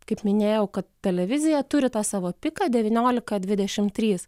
kaip minėjau kad televizija turi tą savo piką devyniolika dvidešimt trys